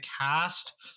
cast